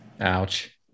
ouch